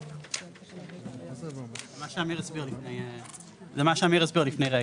זה מה שאמיר הסביר לפני רגע.